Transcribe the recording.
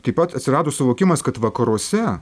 taip pat atsirado suvokimas kad vakaruose